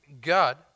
God